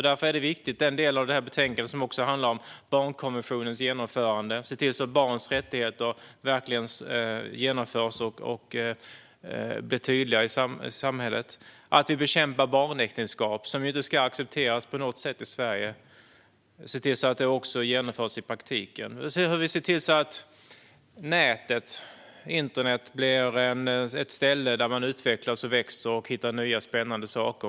Därför är den del av betänkandet som handlar om barnkonventionens genomförande viktig. Vi ska se till att barns rättigheter verkligen genomförs och blir tydligare i samhället. Vi ska bekämpa barnäktenskap, som inte ska accepteras på något sätt i Sverige, och se till att bekämpandet också genomförs i praktiken. Vi ska se till att internet blir ett ställe där man utvecklas och växer och hittar nya spännande saker.